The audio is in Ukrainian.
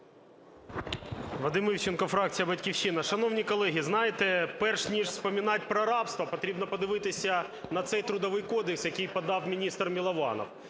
Вадим Івченко, фракція "Батьківщина". Шановні колеги, знаєте, перш ніж вспоминать про рабство, потрібно подивитися на цей Трудовий кодекс, який подав міністр Милованов.